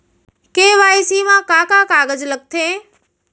KYC मा का का कागज लगथे?